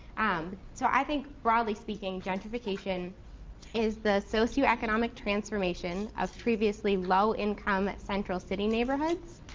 um so i think, broadly speaking, gentrification is the socio economic transformation of previously low income central city neighborhoods,